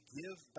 give